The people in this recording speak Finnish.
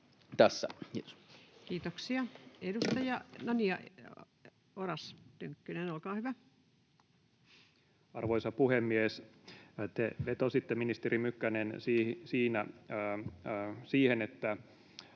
Tässä, kiitos. Kiitoksia. — Edustaja Oras Tynkkynen, olkaa hyvä. Arvoisa puhemies! Te vetositte, ministeri Mykkänen, siihen, että